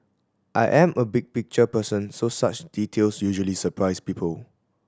I am a big picture person so such details usually surprise people